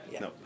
no